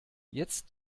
jetzt